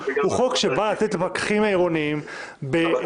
הוא חוק שבא לתת לפקחים העירוניים ברשויות